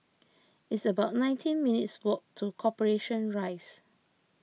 it's about nineteen minutes' walk to Corporation Rise